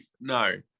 No